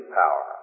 power